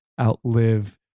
outlive